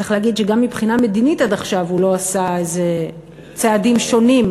צריך להגיד שגם מבחינה מדינית עד עכשיו הוא לא עשה איזה צעדים שונים,